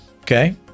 okay